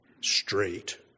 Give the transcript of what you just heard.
straight